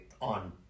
on